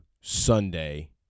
Sunday